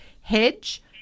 Hedge